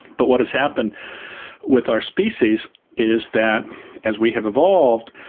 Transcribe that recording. but what has happened with our species is that as we have evolved,